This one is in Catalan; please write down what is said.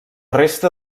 resta